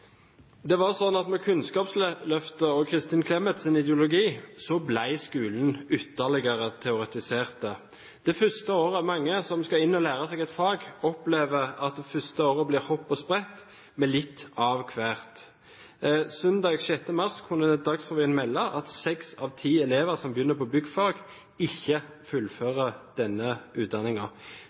Med Kunnskapsløftet og Kristin Clemets ideologi ble skolen ytterligere teoretisert. Mange som skal inn og lære seg et fag, opplever at i det første året blir det hopp og sprett med litt av hvert. Søndag den 6. mars kunne Dagsrevyen melde at seks av ti elever som begynner på byggfag, ikke fullfører denne